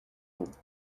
vaut